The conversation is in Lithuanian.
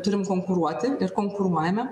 turim konkuruoti ir konkuruojame